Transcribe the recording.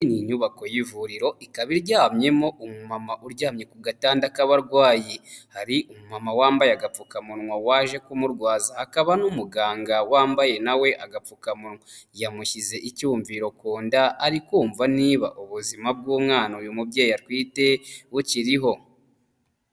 Ni inyubako y'ivuriro ikaba iryamyemo umumama uryamye ku gatanda k'abarwayi, hari umumama wambaye agapfukamunwa waje kumurwaza hakaba n'umuganga wambaye nawe agapfukamuwa. Yamushyize icyumviro ku nda, ari kumva niba ubuzima bw'umwana uyu mubyeyi atwite bukiriho.